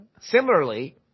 similarly